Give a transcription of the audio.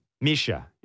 Misha